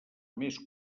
més